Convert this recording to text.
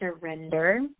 surrender